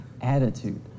attitude